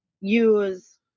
use